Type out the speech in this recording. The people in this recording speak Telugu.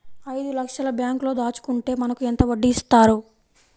ఐదు లక్షల బ్యాంక్లో దాచుకుంటే మనకు ఎంత వడ్డీ ఇస్తారు?